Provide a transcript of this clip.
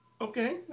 Okay